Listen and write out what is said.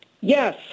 Yes